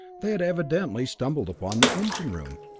they had evidently stumbled upon the engine room.